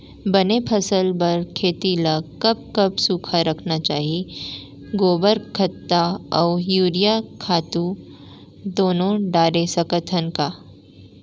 बने फसल बर खेती ल कब कब सूखा रखना चाही, गोबर खत्ता और यूरिया खातू दूनो डारे सकथन का?